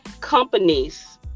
companies